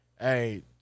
hey